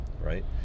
right